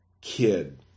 kid